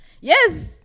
yes